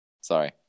Sorry